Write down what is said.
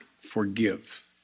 forgive